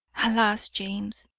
alas! james,